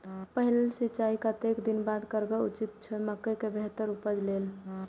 पहिल सिंचाई कतेक दिन बाद करब उचित छे मके के बेहतर उपज लेल?